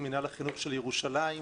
מינהל החינוך של ירושלים,